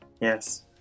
Yes